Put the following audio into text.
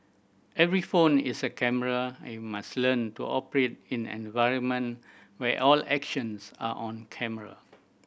every phone is a camera and we must learn to operate in an environment where all actions are on camera